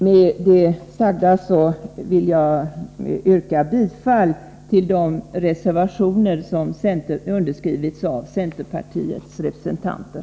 Med det sagda vill jag yrka bifall till de reservationer som underskrivits av centerpartiets representanter.